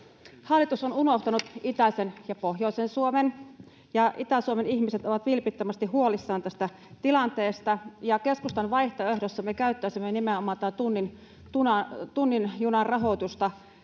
Hallitus on unohtanut itäisen ja pohjoisen Suomen, ja Itä-Suomen ihmiset ovat vilpittömästi huolissaan tästä tilanteesta. Keskustan vaihtoehdossa me käyttäisimme nimenomaan tämän tunnin junan rahoitusta